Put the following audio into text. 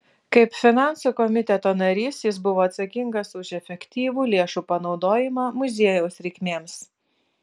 kaip finansų komiteto narys jis buvo atsakingas už efektyvų lėšų panaudojimą muziejaus reikmėms